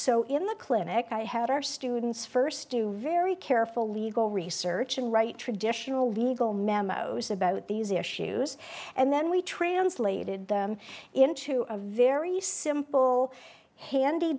so in the clinical i had our students first do very careful legal research and write traditional legal memos about these issues and then we translated them into a very simple handy